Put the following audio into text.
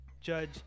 Judge